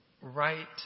right